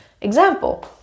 Example